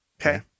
Okay